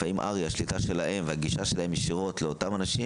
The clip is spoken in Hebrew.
לפעמים הר"י השליטה שלהם והגישה שלהם ישירות לאותם אנשים,